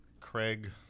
Craig